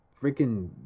freaking